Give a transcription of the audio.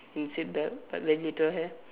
mm seat belt but very little hair